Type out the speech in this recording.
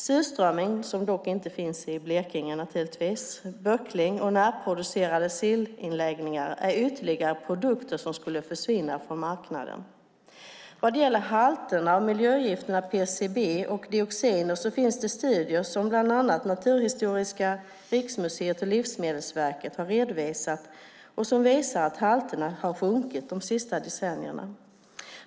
Surströmming, som naturligtvis inte finns i Blekinge, samt böckling och närproducerade sillinläggningar är ytterligare produkter som skulle försvinna från marknaden. När det gäller halterna av miljögifterna PCB och dioxin finns det studier som bland annat Naturhistoriska riksmuseet och Livsmedelsverket har redovisat och som visar att halterna sjunkit under de senaste decennierna.